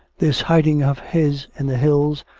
this hid ing of his in the hills,